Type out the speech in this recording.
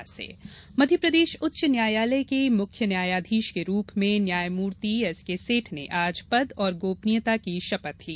मुख्य न्यायाधीश मध्यप्रदेश उच्च न्यायालय के मुख्य न्यायाधीश के रूप में न्यायमूर्ति एस के सेठ ने आज पद और गोपनीयता की शपथ ली